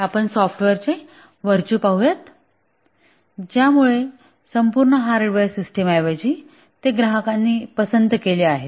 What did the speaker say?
आपण सॉफ्टवेअरचे वर्चू पाहू या ज्यामुळे संपूर्ण हार्डवेअर सिस्टम ऐवजी ते ग्राहकांनी पसंत केले आहेत